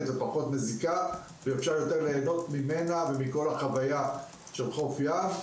ופחות מזיקה ואפשר ליהנות ממנה יותר ומהחוויה של חוף ים.